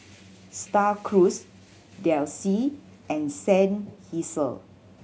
Star Cruise Delsey and Seinheiser